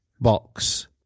box